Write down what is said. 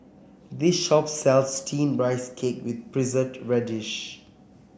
this shop sells steamed Rice Cake with Preserved Radish